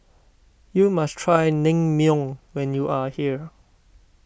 you must try Naengmyeon when you are here